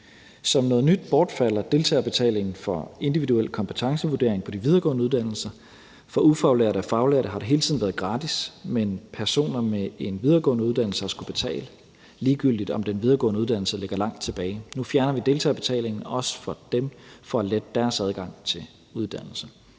Som noget nyt bortfalder deltagerbetalingen for individuel kompetencevurdering på de videregående uddannelser. For ufaglærte og faglærte har det hele tiden været gratis, men personer med en videregående uddannelse har skullet betale, ligegyldigt om den videregående uddannelse ligger langt tilbage. Nu fjerner vi også deltagerbetalingen for dem for at lette deres adgang til uddannelse.